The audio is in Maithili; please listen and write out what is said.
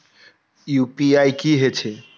यू.पी.आई की हेछे?